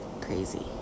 Crazy